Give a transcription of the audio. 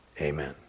Amen